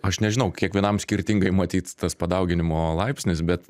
aš nežinau kiekvienam skirtingai matyt tas padauginimo laipsnis bet